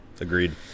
Agreed